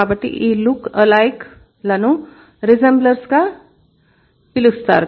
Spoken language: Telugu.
కాబట్టి ఈ లుక్ అలైక్ లను రిసెంబ్లర్స్ గా పిలుస్తారు